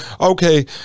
okay